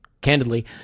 candidly